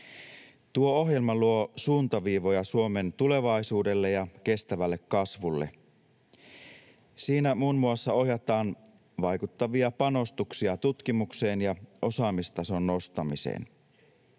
Tuo ohjelma luo suuntaviivoja Suomen tulevaisuudelle ja kestävälle kasvulle. Siinä muun muassa ohjataan vaikuttavia panostuksia tutkimukseen ja osaamistason nostamiseen.